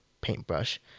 paintbrush